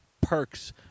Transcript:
perks